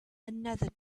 another